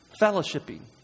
fellowshipping